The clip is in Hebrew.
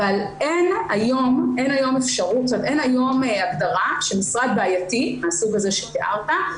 אבל אין היום הגדרה שמשרד בעייתי מהסוג הזה שתיארת,